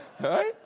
Right